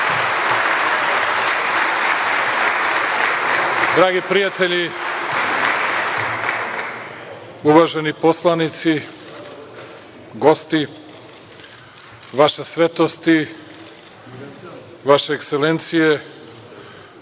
dragi prijatelji, uvaženi poslanici, gosti, Vaša svetosti, vaše ekselencije,